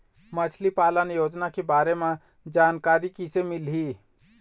मछली पालन योजना के बारे म जानकारी किसे मिलही?